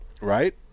Right